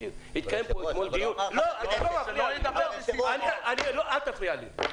--- אל תפריע לי.